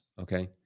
okay